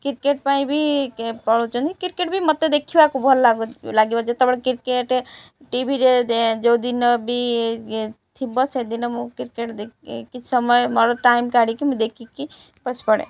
cricket ପାଇଁ ବି ପଳଉଛନ୍ତି କ୍ରିକେଟ ବି ମତେ ଦେଖିବାକୁ ଭଲ ଲାଗୁ ଲାଗିବ ଯେତେବେଳେ କ୍ରିକେଟ ଟିଭିରେ ଯେଉଁ ଦିନ ବି ଥିବ ସେଦିନ ମୁଁ କ୍ରିକେଟ କିଛି ସମୟ ମୋର ଟାଇମ କାଢ଼ିକି ମୁଁ ଦେଖିକି ପଶି ପଡ଼େ